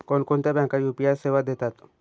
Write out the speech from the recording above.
कोणकोणत्या बँका यू.पी.आय सेवा देतात?